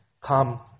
come